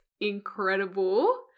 incredible